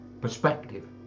Perspective